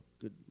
Good